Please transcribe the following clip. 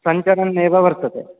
सञ्चरन् एव वर्तते